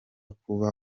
kuba